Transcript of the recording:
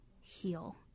heal